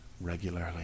regularly